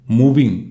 moving